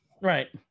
Right